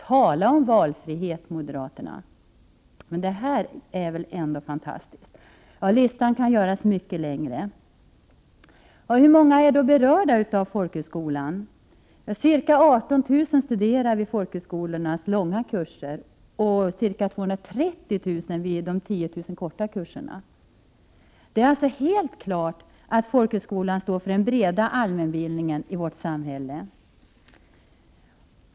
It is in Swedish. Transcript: Tala om valfrihet, moderaterna. Det här är väl ändå fantastiskt? Listan kan göras mycket längre. Hur många är berörda av folkhögskolornas verksamhet? Ca 18 000 personer studerar vid folkhögskolornas långa kurser och ca 230 000 vid de 10 000 korta kurserna. Det är således helt klart att folkhögskolan står för den breda allmänbildningen i vårt samhälle.